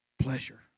pleasure